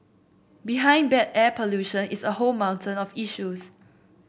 behind bad air pollution is a whole mountain of issues